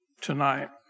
tonight